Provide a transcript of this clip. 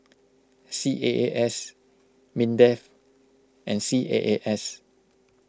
C A A S Mindef and C A A S